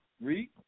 Read